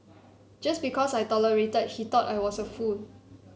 just because I tolerated he thought I was a fool